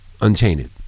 untainted